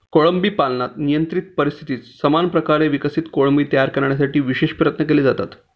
कोळंबी पालनात नियंत्रित परिस्थितीत समान प्रकारे विकसित कोळंबी तयार करण्यासाठी विशेष प्रयत्न केले जातात